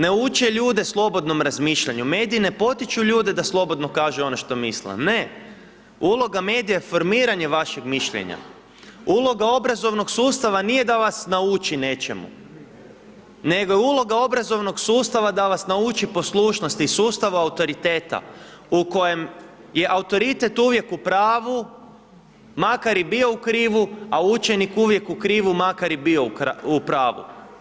Mediji ne uče ljude slobodnom razmišljanju, mediji ne potiču ljude da slobodno kažu ono što misle, ne uloga medija je formiranje vašeg mišljenja, uloga obrazovnog sustava nije da vas nauči nečemu nego je uloga obrazovnog sustava da vas nauči poslušnosti i sustava autoriteta u kojem je autoritet uvijek u pravu makar i bio u pravu a učenik uvijek u krivu makar i bio u pravu.